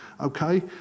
Okay